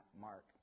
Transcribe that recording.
Mark